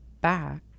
back